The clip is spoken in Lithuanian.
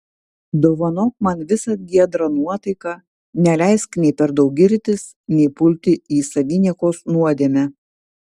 dovanok man visad giedrą nuotaiką neleisk nei per daug girtis nei pulti į saviniekos nuodėmę